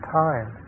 time